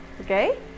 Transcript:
Okay